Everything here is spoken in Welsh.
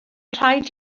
rhaid